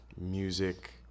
music